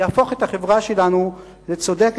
יהפוך את החברה שלנו לצודקת